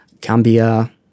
cambia